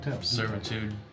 servitude